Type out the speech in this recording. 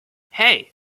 hey